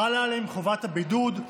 חלה עליהם חובת הבידוד,